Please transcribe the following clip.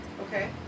Okay